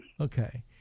okay